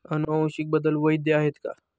अनुवांशिक बदल वैध आहेत का?